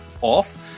off